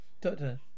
Doctor